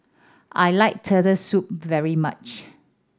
I like Turtle Soup very much